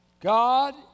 God